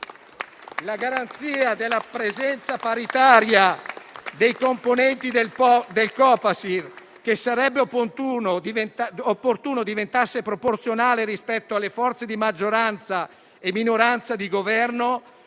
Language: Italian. la garanzia della presenza paritaria dei componenti del Copasir, che sarebbe opportuno diventasse proporzionale rispetto alle forze di maggioranza e minoranza di Governo,